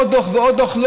עוד דוח ועוד דוח,